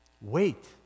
Wait